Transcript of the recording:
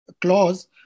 clause